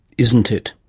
isn't it?